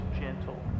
gentle